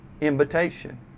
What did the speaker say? invitation